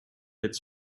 its